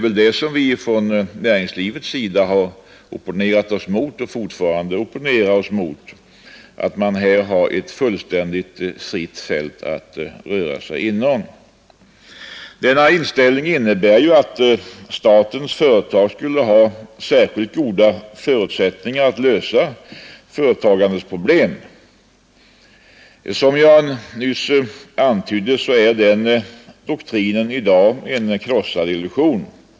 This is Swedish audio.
Vad vi från näringslivets sida opponerat oss mot och fortfarande opponerar oss mot är att man här har ett fullständigt fritt fält att röra sig inom. Denna inställning visar att man tror att statens företag skulle ha särskilt goda förutsättningar att lösa företagandets problem. Som jag nyss antydde är den doktrinen i dag en krossad illusion.